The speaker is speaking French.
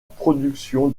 production